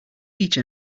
each